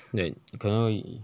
that 可能你